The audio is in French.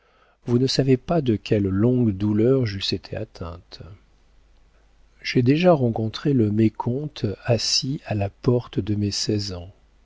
vous ne savez pas de quelle longue douleur j'eusse été atteinte j'ai déjà rencontré le mécompte assis à la porte de mes seize ans